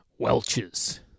Welches